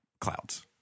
clouds